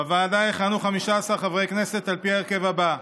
בוועדה יכהנו 15 חברי כנסת על פי ההרכב הזה: